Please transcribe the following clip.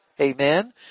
Amen